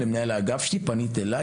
פנית למנהל האגף שלי או אליי?